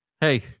hey